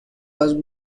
los